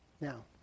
Now